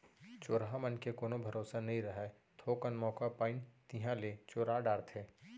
चोरहा मन के कोनो भरोसा नइ रहय, थोकन मौका पाइन तिहॉं ले चोरा डारथें